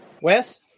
Wes